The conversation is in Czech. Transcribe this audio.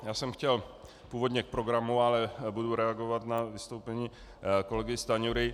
Já jsem chtěl původně k programu, ale budu reagovat na vystoupení kolegy Stanjury.